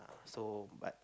so but